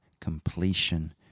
completion